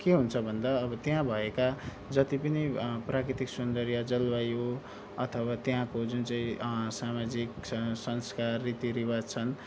के हुन्छ भन्दा अब त्यहाँ भएका जति पनि प्राकृतिक सौन्दर्य जलवायु अथवा त्यहाँको जुन चाहिँ सामाजिक संस्कार रीतिरिवाज छन्